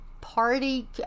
party